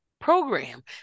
program